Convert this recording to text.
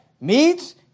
Meats